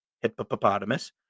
hippopotamus